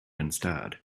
instead